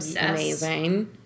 amazing